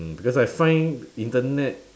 because I find Internet